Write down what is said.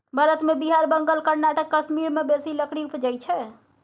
भारत मे बिहार, बंगाल, कर्नाटक, कश्मीर मे बेसी लकड़ी उपजइ छै